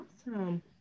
Awesome